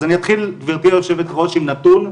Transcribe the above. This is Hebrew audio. אז אני אתחיל גבירתי היו"ר עם נתון,